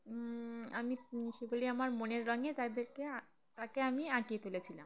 আমি সেগুলি আমার মনের রঙে তাদেরকে তাকে আমি আঁকয়ে তুলেছিলাম